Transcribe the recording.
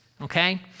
okay